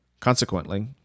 Consequently